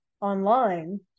online